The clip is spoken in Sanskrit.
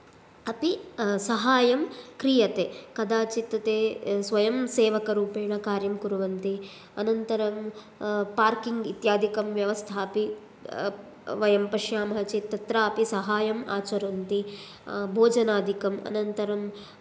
अपि सहायं क्रियते कदाचित् ते स्वयं सेवकरूपेण कार्यं कुर्वन्ति अनन्तरं पार्किङ्ग् इत्यादिकं व्यवस्थापि वयं पश्यामः चेत् तत्रापि सहायं आचरन्ति भोजनादिकं अनन्तरं